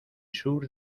sur